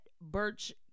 Birch